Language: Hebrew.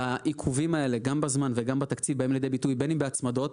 והעיכובים האלה גם בזמן וגם בתקציב באים לידי ביטוי בין אם בהצמדות,